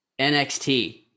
NXT